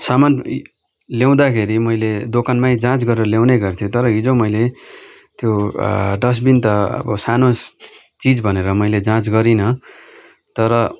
सामान ल्याउँदाखेरि मैले दोकानमै जाँच गरेर ल्याउने गर्थेँ तर हिजो मैले त्यो डस्टबिन त सानो चिज भनेर मैले जाँच गरिनँ तर